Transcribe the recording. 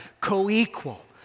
co-equal